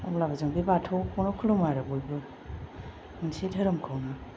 अब्लाबो जों बे बाथौ खौनो खुलुमो आरो जों बयबो मोनसे धोरोमखौनो